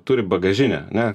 turi bagažinę ne